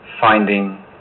finding